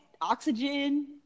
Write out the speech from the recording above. oxygen